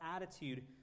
attitude